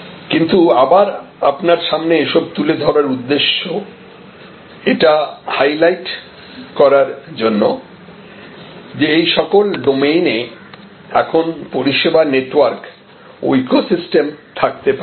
কিন্তু আবার আপনার সামনে এইসব তুলে ধরার উদ্দেশ্য এটা হাইলাইট করার জন্য যে এই সকল ডোমেইনে এখন পরিষেবা নেটওয়ার্ক ও ইকোসিস্টেম থাকতে পারে